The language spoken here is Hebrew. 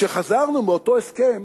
כשחזרנו מעשיית אותו הסכם,